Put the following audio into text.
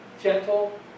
gentle